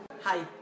Hi